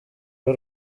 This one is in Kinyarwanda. rwe